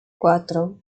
cuatro